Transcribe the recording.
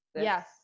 Yes